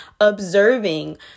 observing